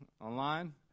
online